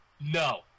No